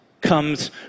comes